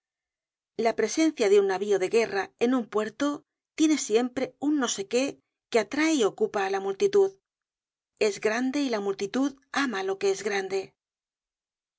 la presencia de un navio de guerra en un puerto tiene siempre un no sé qué que atrae y ocupa á la multitud es grande y la multitud ama lo que es grande un